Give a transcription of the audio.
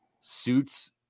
suits